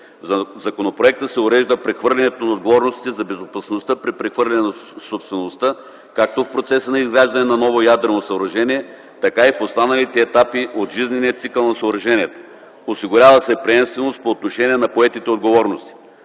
В законопроекта се урежда прехвърлянето на отговорностите за безопасността при прехвърляне на собствеността – както в процеса на изграждане на ново ядрено съоръжение, така и в останалите етапи от жизнения цикъл на съоръжението. Осигурява се приемственост по отношение на поетите отговорности.